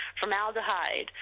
formaldehyde